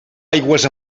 aigües